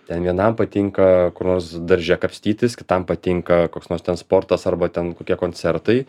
ten vienam patinka kur nors darže kapstytis kitam patinka koks nors ten sportas arba ten kokie koncertai